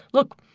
look,